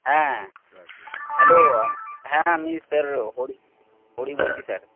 হ্যাঁ হ্যালো হ্যাঁ আমি স্যার হরি হরি বলছি স্যার